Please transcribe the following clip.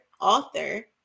author